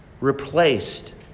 replaced